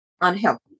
unhealthy